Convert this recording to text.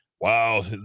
Wow